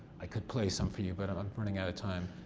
i could play some for you, but i'm i'm running out of time.